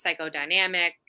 psychodynamic